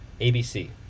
ABC